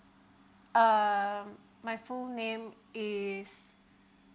um my full name is